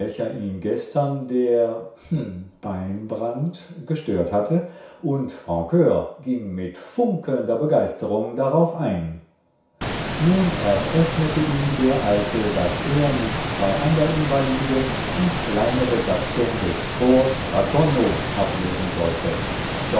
ihn gestern der beinbrand gestört hatte und francr ging mit funkelnder begeisterung darauf ein nun eröffnete ihm der alte daß er mit zwei andern invaliden die kleine besatzung des forts ratonneau ablösen sollte